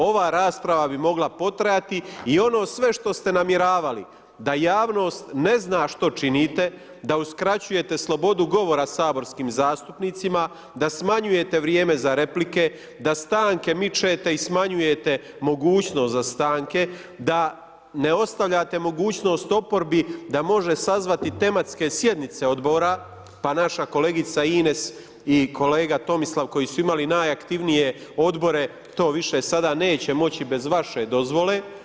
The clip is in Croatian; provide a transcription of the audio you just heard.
Ova rasprava bi mogla potrajati i ono sve što ste namjeravali da javnost ne zna što činite, da uskraćujete slobodu govora saborskim zastupnicima, da smanjujete vrijeme za replike, da stanke mičete i smanjujete mogućnost za stanke, da ne ostavljate mogućnost oporbi da može sazvati tematske sjednice odbora, pa naša kolegica Ines i kolega Tomislav koji su imali najaktivnije odobre to više sada neće moći bez vaše dozvole.